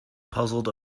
puzzled